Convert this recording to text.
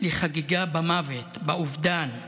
לחגיגה במוות, באובדן,